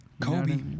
Kobe